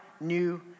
new